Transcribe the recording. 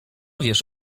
wiesz